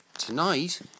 Tonight